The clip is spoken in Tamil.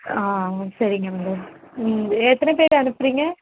ஆ சரிங்க மேடம் ம் எத்தனை பேர் அனுப்புகிறீங்க